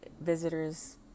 visitors